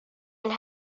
and